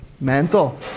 mental